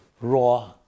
raw